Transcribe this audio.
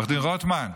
עו"ד רוטמן,